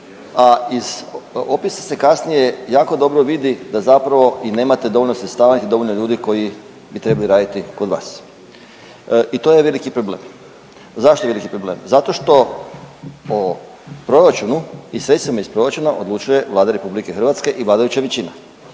a iz opisa se kasnije jako dobro vidi da zapravo i nemate dovoljno sredstava niti dovoljno ljudi koji bi trebali raditi kod vas. i to je veliki problem. Zašto veliki problem? Zato što o proračunu i sredstvima iz proračuna odlučuje Vlada Republike Hrvatske i vladajuća većina.